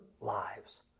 lives